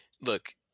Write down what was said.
Look